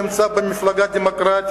אני בסך הכול נמצא במפלגה דמוקרטית,